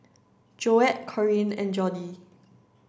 Joette Corrine and Jordi